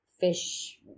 fish